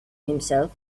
himself